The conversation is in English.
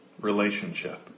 relationship